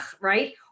right